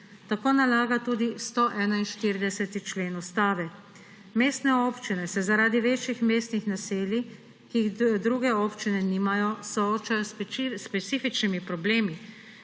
Tako nalaga tudi 141. člen Ustave. Mestne občine se zaradi večjih mestnih naselij, ki jih druge občine nimajo, soočajo s specifičnimi problemi,